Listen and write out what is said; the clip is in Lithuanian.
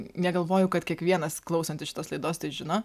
negalvoju kad kiekvienas klausantis šitos laidos tai žino